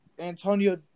Antonio